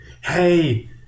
Hey